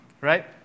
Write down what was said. right